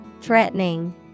Threatening